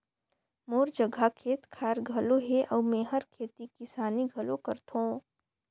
मोर जघा खेत खायर घलो हे अउ मेंहर खेती किसानी घलो करथों